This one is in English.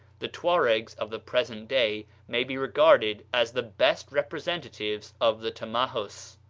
the tuaregs of the present day may be regarded as the best representatives of the tamahus.